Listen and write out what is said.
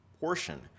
portion